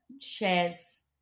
shares